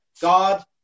God